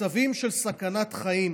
מצבים של סכנת חיים.